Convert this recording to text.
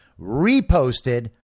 reposted